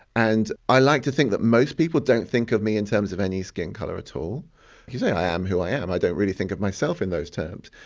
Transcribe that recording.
and i like to think that most people don't think of me in terms of any skin colour at all. you say i am who i am, i don't really think of myself in those terms.